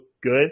good